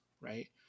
right